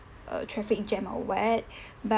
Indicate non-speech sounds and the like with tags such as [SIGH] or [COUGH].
a traffic jam or what [BREATH] but